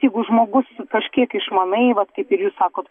jeigu žmogus kažkiek išmanai vat kaip ir jūs sakot